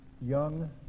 young